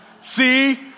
see